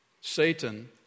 Satan